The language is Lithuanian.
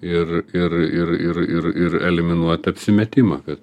ir ir ir ir ir ir eliminuot apsimetimą ka